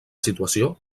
situació